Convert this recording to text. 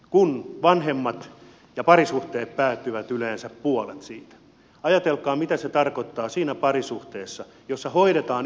kun vanhemmat eroavat ja parisuhteet päättyvät yleensä puolet niistä ajatelkaa mitä se tarkoittaa siinä parisuhteessa jossa hoidetaan yhteisiä lapsia